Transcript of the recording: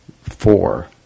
four